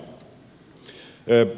arvoisa puhemies